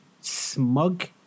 smug